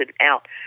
out